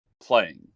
playing